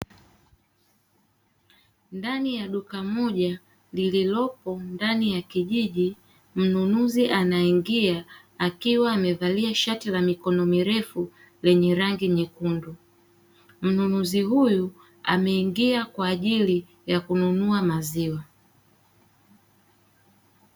Ndani ya duka moja lililopo ndani ya kijiji, mununuzi anaingia akiwa amevalia shati la mikono mirefu lenye rangi nyekundu; mnunuzi huyu ameingia kwa ajili ya kununua maziwa.